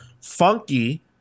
funky